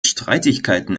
streitigkeiten